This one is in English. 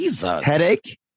headache